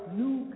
new